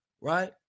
Right